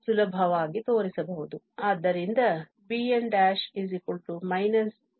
ಆದ್ದರಿಂದ b'n nan